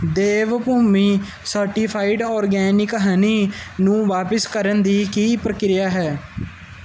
ਦੇਵ Bhoomi certified organic honey ਨੂੰ ਵਾਪਸ ਕਰਨ ਦੀ ਕੀ ਪ੍ਰਕਿਰਿਆ ਹੈ